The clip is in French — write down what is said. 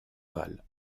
val